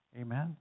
Amen